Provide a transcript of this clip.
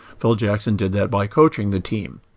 phil jackson did that by coaching the team.